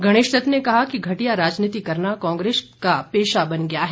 गणेश दत्त ने कहा कि घटिया राजनीति करना कांग्रेस का पेशा बन गया है